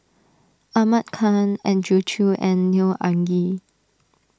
Ahmad Khan Andrew Chew and Neo Anngee